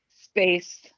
space